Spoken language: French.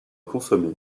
consommé